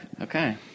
Okay